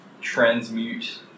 transmute